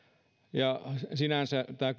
sinänsä tämä